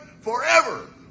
forever